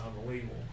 unbelievable